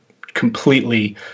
completely